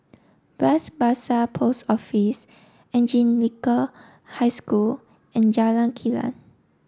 Bras Basah Post Office Anglican High School and Jalan Kilang